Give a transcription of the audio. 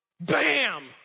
Bam